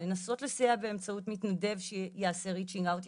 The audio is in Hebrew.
לנסות לסייע באמצעות מתנדב שיעזור להם ויושיט להם את היד,